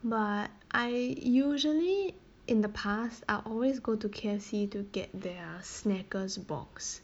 but I usually in the past I'll always go to K_F_C to get their snackers box